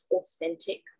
authentic